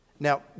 Now